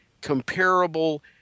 comparable